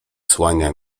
słania